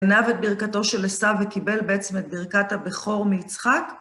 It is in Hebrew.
גנב את ברכתו של עשיו וקיבל בעצם את ברכת הבכור מיצחק.